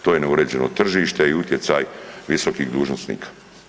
To je neuređeno tržište i utjecaj visokih dužnosnika.